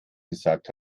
gesagt